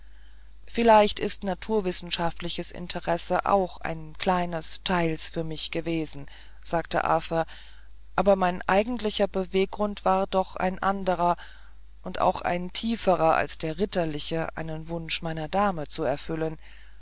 vielleicht ist naturwissenschaftliches interesse auch ein kleines teils für mich gewesen sagte arthur aber mein eigentlicher beweggrund war doch ein anderer und auch ein tieferer als der ritterliche einen wunsch meiner dame zu erfüllen